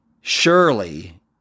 surely